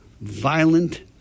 violent